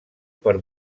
per